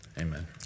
Amen